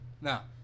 Now